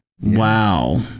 Wow